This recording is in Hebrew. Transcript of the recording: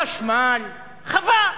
חשמל, חווה.